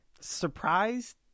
Surprised